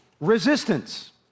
resistance